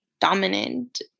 dominant